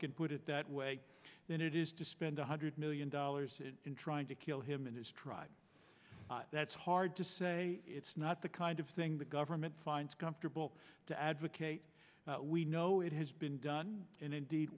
can put it that way than it is to spend one hundred million dollars in trying to kill him in a strike that's hard to say it's not the kind of thing the government finds comfortable to advocate we know it has been done and indeed